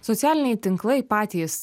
socialiniai tinklai patys